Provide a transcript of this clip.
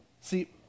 See